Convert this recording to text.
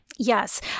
Yes